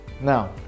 Now